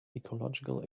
ecological